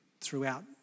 throughout